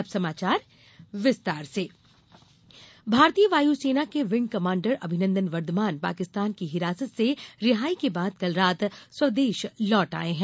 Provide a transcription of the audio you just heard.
अभिनंदन भारत भारतीय वायुसेना के विंग कमांडर अभिनंदन वर्धमान पाकिस्तान की हिरासत से रिहाई के बाद कल रात स्वदेश आ गए हैं